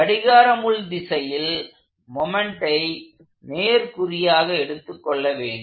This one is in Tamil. கடிகார முள் திசையில் மொமெண்ட்டை நேர்குறியாக எடுத்துக் கொள்ள வேண்டும்